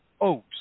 Oaks